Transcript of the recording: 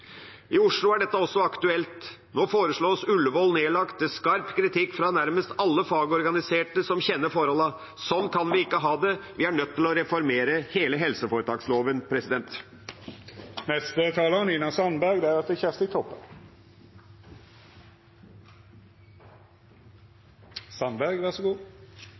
I Oslo er dette også aktuelt. Nå foreslås Ullevål nedlagt, til skarp kritikk fra nærmest alle fagorganiserte som kjenner forholdene. Sånn kan vi ikke ha det. Vi er nødt til å reformere hele helseforetaksloven.